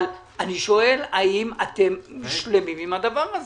אבל אני שואל: האם אתם שלמים עם הדבר הזה?